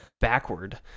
backward